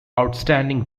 outstanding